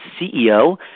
CEO